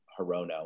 Hirono